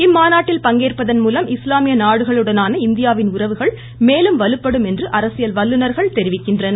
இம்மாநாட்டில் பங்கேற்பதன் மூலம் இஸ்லாமிய நாடுகளுடனான இந்தியாவின் உறவுகள் மேலும் வலுப்படும் என்று அரசியல் வல்லுநர்கள் தெரிவிக்கின்றனர்